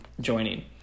joining